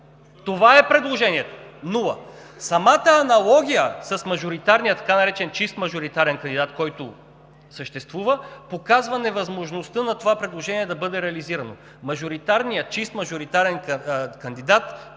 Това е предложението – нула! Самата аналогия с така наречения „чист мажоритарен кандидат“, който съществува, показва невъзможността това предложение да бъде реализирано. Чистият мажоритарен кандидат